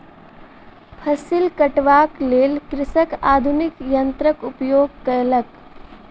फसिल कटबाक लेल कृषक आधुनिक यन्त्रक उपयोग केलक